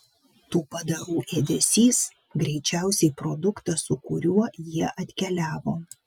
tų padarų ėdesys greičiausiai produktas su kuriuo jie atkeliavo